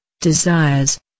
desires